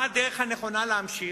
מה הדרך הנכונה להמשיך?